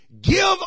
give